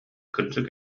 кырдьык